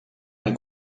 han